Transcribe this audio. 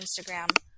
Instagram